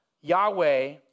Yahweh